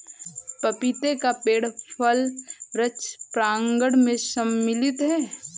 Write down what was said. पपीते का पेड़ फल वृक्ष प्रांगण मैं सम्मिलित है